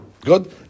good